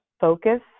focus